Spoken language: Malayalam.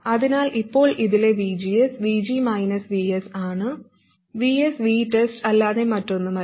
അതിനാൽ ഇപ്പോൾ ഇതിലെ VGS VG VS ആണ് VS VTEST അല്ലാതെ മറ്റൊന്നുമല്ല